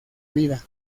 vida